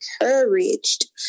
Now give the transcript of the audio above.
encouraged